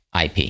IP